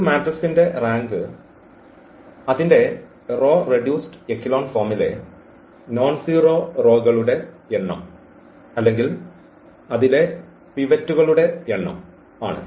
ഒരു മാട്രിക്സിന്റെ റാങ്ക് അതിന്റെ റോ റെഡ്യൂസ്ഡ് എക്കെലോൺ ഫോമിലെ നോൺ സീറോ റോകളുടെ എണ്ണം അല്ലെങ്കിൽ അതിലെ പിവറ്റുകളുടെ എണ്ണം ആണ്